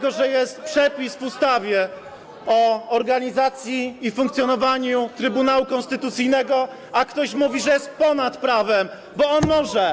Pomimo że jest przepis w ustawie o organizacji i funkcjonowaniu Trybunału Konstytucyjnego, ktoś mówi, że jest ponad prawem, bo on może.